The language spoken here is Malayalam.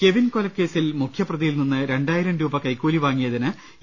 കെവിൻകൊലക്കേസിൽ മുഖ്യ പ്രതിയിൽ നിന്ന് രണ്ടായിരം രൂപ കൈക്കൂലി വാങ്ങിയതിന് എ